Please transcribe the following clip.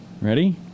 Ready